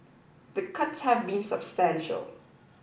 the cuts have been substantial